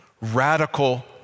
radical